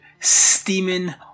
steaming